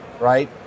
Right